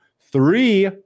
three